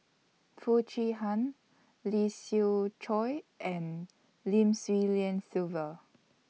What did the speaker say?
Foo Chee Han Lee Siew Choh and Lim Swee Lian Sylvia